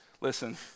listen